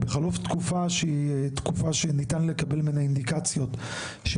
בחלוף תקופה שהיא תקופה שניתן לקבל ממנה אינדיקציות של